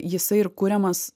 jisai ir kuriamas